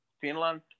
Finland